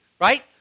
right